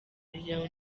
muryango